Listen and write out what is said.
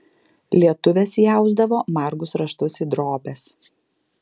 lietuvės įausdavo margus raštus į drobes